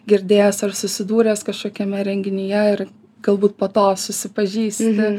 girdėjęs ar susidūręs kažkokiame renginyje ir galbūt po to susipažįsti